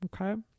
okay